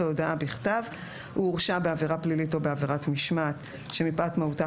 בהודעה בכתב: (1)הוא הורשע בעבירה פלילית או בעבירת משמעת שמפאת מהותה,